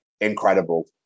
incredible